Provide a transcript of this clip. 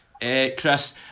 Chris